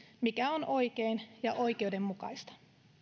mikä on oikein ja oikeudenmukaista